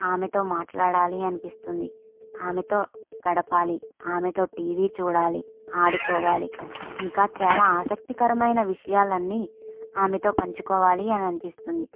ఆమెతో మాట్లాడాలి అనిపిస్తుంది ఆమెతో గడపాలి ఆమెతో టీవీ చూడాలి ఆడుకోవాలి ఇంకా చాలా ఆసక్తికరమైన విషయాలు అన్నీ ఆమెతో పంచుకోవాలి అని అనిపిస్తుంది